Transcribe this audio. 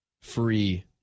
free